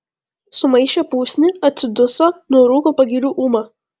sumaišė pusnį atsiduso nurūko pagiriu ūma